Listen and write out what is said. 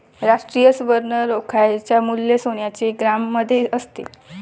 राष्ट्रीय सुवर्ण रोख्याचे मूल्य सोन्याच्या ग्रॅममध्ये असते